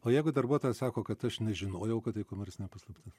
o jeigu darbuotojas sako kad aš nežinojau kad tai komercinė paslaptis